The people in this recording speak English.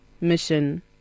mission